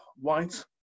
white